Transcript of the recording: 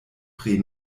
pri